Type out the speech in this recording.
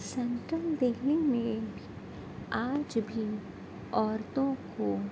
central Delhi میں آج بھی عورتوں کو